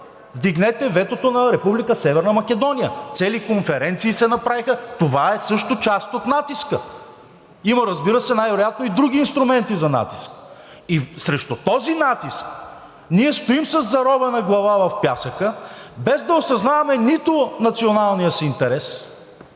„Вдигнете ветото на Република Северна Македония.“ Цели конференции се направиха – това е също част от натиска. Има, разбира се, най-вероятно и други инструменти за натиск. Срещу този натиск ние стоим със заровена глава в пясъка, без да осъзнаваме нито националния си интерес,